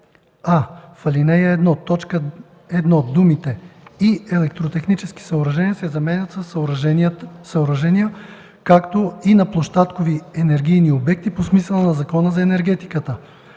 а) в ал. 1, т. 1 думите „и електротехнически съоръжения” се заменят със „съоръжения, както и на площадкови енергийни обекти по смисъла на Закона за енергетиката”;